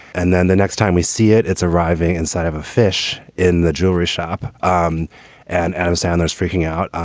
and then the next time we see it, it's arriving inside of a fish in the jewelry shop um and adam sandler is freaking out.